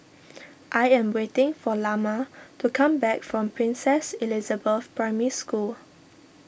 I am waiting for Lamar to come back from Princess Elizabeth Primary School